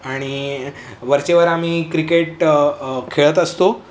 आणि वरच्या वर आम्ही क्रिकेट खेळत असतो